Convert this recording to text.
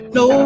no